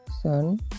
son